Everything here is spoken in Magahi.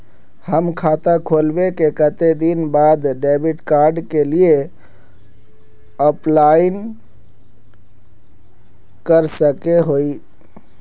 हम खाता खोलबे के कते दिन बाद डेबिड कार्ड के लिए अप्लाई कर सके हिये?